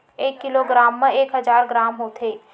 एक किलोग्राम मा एक हजार ग्राम होथे